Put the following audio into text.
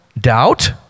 doubt